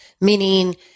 meaning